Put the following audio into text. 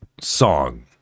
song